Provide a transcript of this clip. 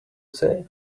say